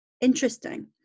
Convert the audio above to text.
interesting